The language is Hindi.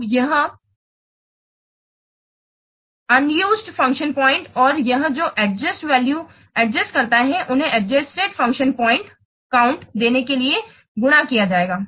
अब यह अनादजूस्टेड फंक्शन पॉइंट और यह जो एडजस्ट वैल्यू एडजस्ट करता है उन्हें एडजस्टेड फंक्शन पॉइंट काउंट देने के लिए गुणा किया जाएगा